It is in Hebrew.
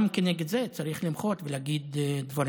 גם כנגד זה צריך למחות ולהגיד דברים.